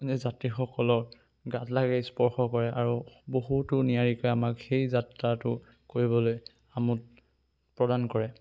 এনে যাত্ৰীসকলৰ গাত লাগে স্পৰ্শ কৰে আৰু বহুতো নিয়াৰিকৈ আমাক সেই যাত্ৰাটো কৰিবলৈ আমোদ প্ৰদান কৰে